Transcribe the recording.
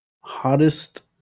hottest